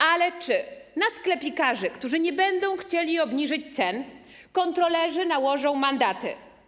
Ale czy na sklepikarzy, którzy nie będą chcieli obniżyć cen, kontrolerzy nałożą mandaty?